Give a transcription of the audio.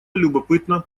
любопытно